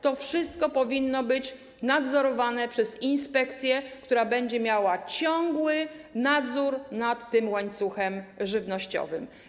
To wszystko powinno być nadzorowane przez inspekcję, która będzie miała ciągły nadzór nad łańcuchem żywnościowym.